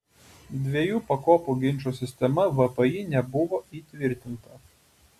dviejų pakopų ginčo sistema vpį nebuvo įtvirtinta